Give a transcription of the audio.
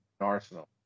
arsenal